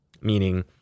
meaning